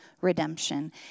redemption